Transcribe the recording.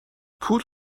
پول